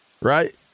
right